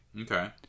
okay